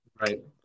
Right